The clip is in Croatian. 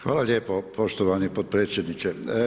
Hvala lijepo, poštovani potpredsjedniče.